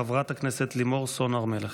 חברת הכנסת לימור סון הר מלך.